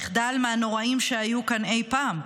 מחדל מהנוראים שהיו כאן אי פעם,